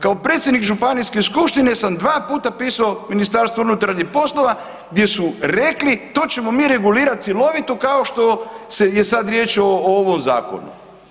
Kao predsjednik županijske skupštine sam dva puta pisao MUP-u gdje su rekli to ćemo mi regulirat cjelovito kao što se je sad riječ o, o ovom zakonu.